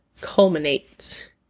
culminate